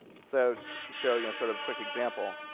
so so show you a sort of quick example.